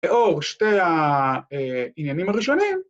‫לאור, שתי העניינים הראשונים.